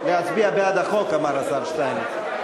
להצביע בעד החוק, אמר השר שטייניץ.